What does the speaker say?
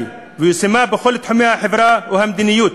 ויישומה בכל תחומי החברה והמדיניות,